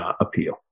appeal